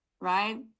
right